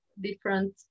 different